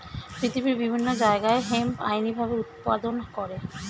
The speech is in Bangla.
পৃথিবীর বিভিন্ন জায়গায় হেম্প আইনি ভাবে উৎপাদন করে